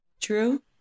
true